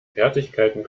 fertigkeiten